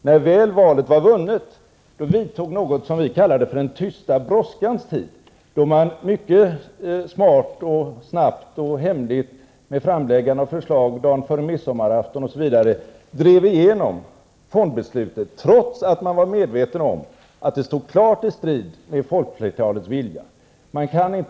När valet väl var vunnet vidtog något som vi kallade för den tysta brådskans tid, då man mycket smart, snabbt och hemligt drev igenom fondbeslutet -- bl.a. lade man fram förslag dagen före midsommarafton -- trots att man var medveten om att det klart stod i strid med folkflertalets vilja.